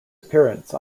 appearance